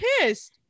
pissed